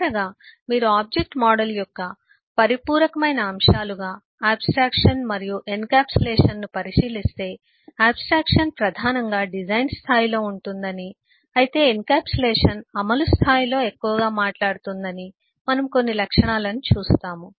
చివరగా మీరు object model యొక్క పరిపూరకరమైన అంశాలుగా ఆబ్స్ట్రాక్షన్ మరియు ఎన్క్యాప్సులేషన్ను పరిశీలిస్తే ఆబ్స్ట్రాక్షన్ ప్రధానంగా డిజైన్ స్థాయిలో ఉంటుందని అయితే ఎన్క్యాప్సులేషన్ అమలు స్థాయిలో ఎక్కువగా మాట్లాడుతుందని మనము కొన్ని లక్షణాలను చూస్తాము